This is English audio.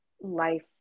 life